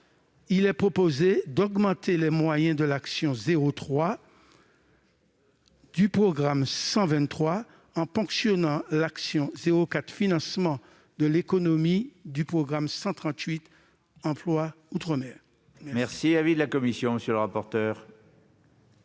il est proposé d'augmenter les moyens de l'action n° 03 du programme 123, en ponctionnant l'action n° 04, Financement de l'économie, du programme 138, « Emploi outre-mer ». Quel est l'avis de la commission ? Nous